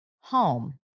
home